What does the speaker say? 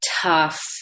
tough